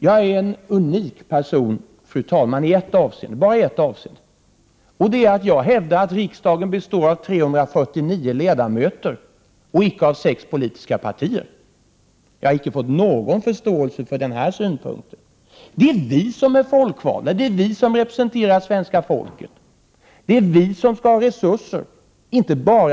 Jag är en unik person, fru talman, i ett avseende, nämligen i det avseendet att jag hävdar att riksdagen består av 349 ledamöter och icke av sex politiska partier. Jag har icke fått någon förståelse för den synpunkten. Det är vi som är folkvalda. Det är vi som representerar svenska folket. Det är vi — inte bara partierna — som skall ha resurser.